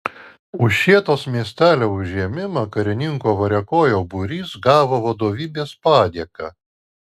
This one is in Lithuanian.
už šėtos miestelio užėmimą karininko variakojo būrys gavo vadovybės padėką